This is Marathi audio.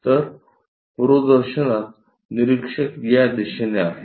तर पुरोदर्शनात निरीक्षक या दिशेने आहे